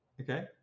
okay